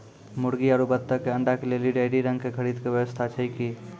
मुर्गी आरु बत्तक के अंडा के लेली डेयरी रंग के खरीद के व्यवस्था छै कि?